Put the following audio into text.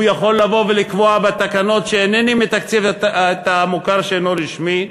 הוא יכול לבוא ולקבוע בתקנות שאינני מתקצב את המוכר שאינו רשמי,